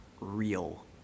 real